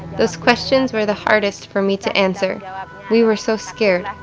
those questions were the hardest for me to answer we were so scared.